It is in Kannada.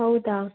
ಹೌದಾ